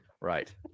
Right